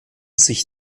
sich